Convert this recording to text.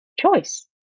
Choice